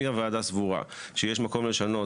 אם הוועדה סבורה שיש לשנות